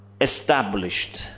established